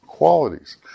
Qualities